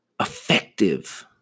effective